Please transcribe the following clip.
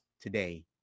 today